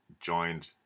joined